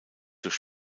durch